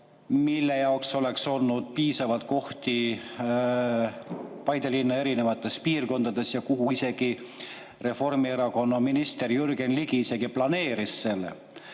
mille jaoks oleks olnud piisavalt kohti Paide linna erinevates piirkondades. Reformierakonna minister Jürgen Ligi isegi planeeris selle